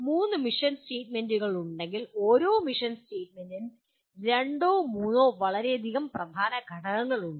മൂന്ന് മിഷൻ സ്റ്റേറ്റ്മെന്റുകൾ ഉണ്ടെങ്കിൽ ഓരോ മിഷൻ സ്റ്റേറ്റ്മെന്റിനും രണ്ടോ മൂന്നോ വളരെയധികം പ്രധാന ഘടകങ്ങളുണ്ട്